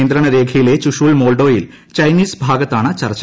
നിയന്ത്രണരേഖയിലെ ചൂഷൂൽ മോൾഡോയിൽ ചൈനീസ് ഭാഗത്താണ് ചർച്ച